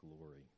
glory